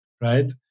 Right